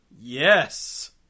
Yes